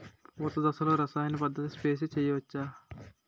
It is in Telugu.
పూత దశలో రసాయన పదార్థాలు స్ప్రే చేయచ్చ?